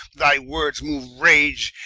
thy words moue rage,